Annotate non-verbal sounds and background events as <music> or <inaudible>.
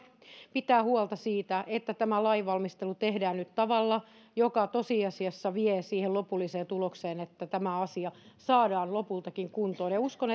pitää huolta siitä että tämä lainvalmistelu tehdään nyt tavalla joka tosiasiassa vie siihen lopulliseen tulokseen että tämä asia saadaan lopultakin kuntoon uskon <unintelligible>